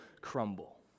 crumble